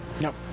no